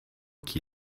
qui